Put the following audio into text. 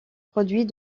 produit